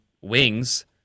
wings